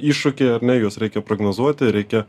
iššūkiai ar ne juos reikia prognozuoti reikia